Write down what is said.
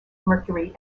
mercury